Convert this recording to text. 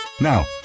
Now